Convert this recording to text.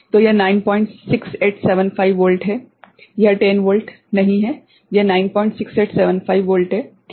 तो यह 96875 वोल्ट है यह 10 वोल्ट नहीं है यह 96875 वोल्ट है ठीक है